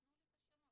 תנו לי את השמות.